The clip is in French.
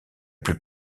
plus